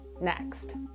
next